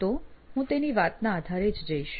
તો હું તેની વાતના આધારે જ જઈશ